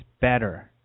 better